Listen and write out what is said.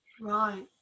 right